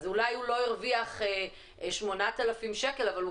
אז אולי הוא לא הרוויח 8,000 שקל אבל הוא